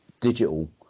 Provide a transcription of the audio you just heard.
digital